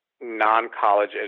non-college